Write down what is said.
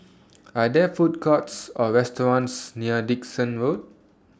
Are There Food Courts Or restaurants near Dickson Road